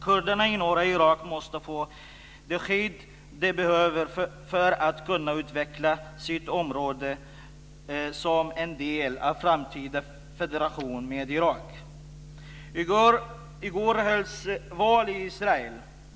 Kurderna i norra Irak måste få det skydd de behöver för att kunna utveckla sitt område som en del av en framtida federation med Irak. I går hölls val i Israel.